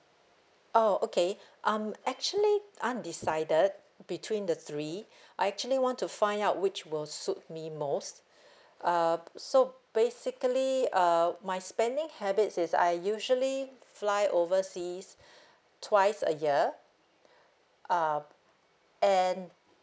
oh okay I'm actually undecided between the three I actually want to find out which will suit me most uh so basically uh my spending habits is I usually fly overseas twice a year um and